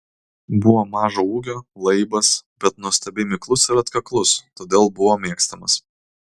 buvo mažo ūgio laibas bet nuostabiai miklus ir atkaklus todėl buvo mėgstamas